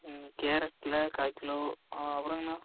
ம் கேரட்டில் கால் கிலோ ஆ அப்புறங்கண்ணா